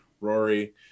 Rory